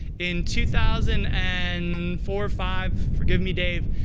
in two thousand and four five, forgive me, dave,